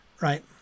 right